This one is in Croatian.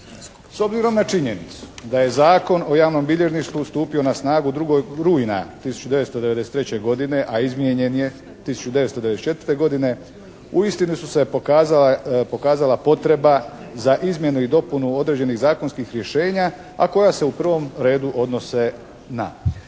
S obzirom na činjenicu da je Zakon o javnom bilježništvu stupio na snagu 2. rujna 1993. godine, a izmijenjen je 1994. godine uistinu su se pokazala potreba za izmjenu i dopunu određenih zakonskih rješenja, a koja se u prvom redu odnose na,